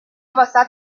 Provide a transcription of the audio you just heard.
واست